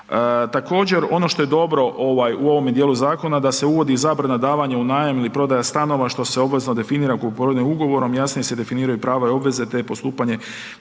Također, ono što je dobro u ovome dijelu zakona, da se uvodi zabrana davanja u najam ili prodaja stanova, što se obavezno definira kupoprodajnim ugovorom, jasnije se definiraju prava i obveze te postupanje